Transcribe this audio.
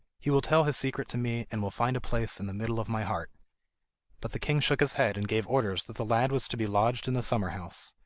he will tell his secret to me, and will find a place in the middle of my heart but the king shook his head, and gave orders that the lad was to be lodged in the summer-house.